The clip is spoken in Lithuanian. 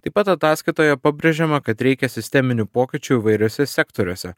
taip pat ataskaitoje pabrėžiama kad reikia sisteminių pokyčių įvairiuose sektoriuose